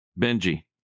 Benji